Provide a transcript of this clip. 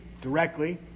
directly